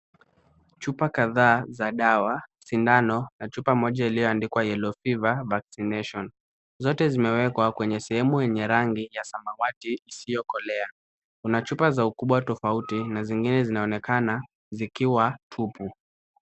Chupa kadhaa za dawa, sindano na chupa moja iliyoandikwa yellow fever vaccination .Zote zimewekwa kwenye sehemu yenye rangi ya samawati isiyokolea. Kuna chupa za ukubwa tofauti na zingine zinaonekana zikiwa tupu.